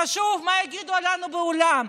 חשוב מה יגידו עלינו בעולם.